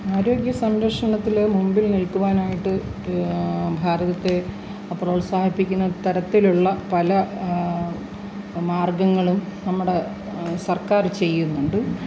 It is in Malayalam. ആരോഗ്യ സംരക്ഷണത്തിൽ മുമ്പിൽ നിൽക്കുവാനായിട്ട് ഭാരതത്തെ പ്രോത്സാഹിപ്പിക്കുന്ന തരത്തിലുള്ള പല മാർഗ്ഗങ്ങളും നമ്മുടെ സർക്കാർ ചെയ്യുന്നുണ്ട്